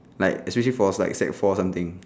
like especially for us like sec four something